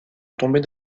tombée